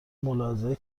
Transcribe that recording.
ملاحظه